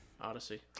Odyssey